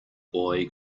boy